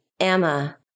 Emma